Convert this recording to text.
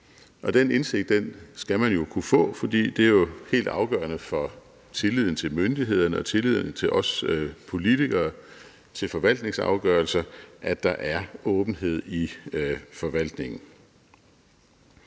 Og den indsigt skal man kunne få, for det er jo er helt afgørende for tilliden til myndighederne, til os politikere og til forvaltningsafgørelser, at der er åbenhed i forvaltningen.